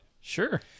sure